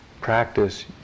practice